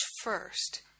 first